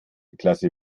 klasse